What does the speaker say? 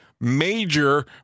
major